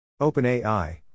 OpenAI